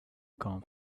come